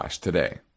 today